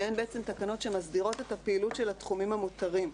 שהן תקנות שמסדירות את הפעילות של התחומים המותרים.